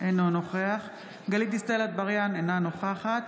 אינו נוכח גלית דיסטל אטבריאן, אינה נוכחת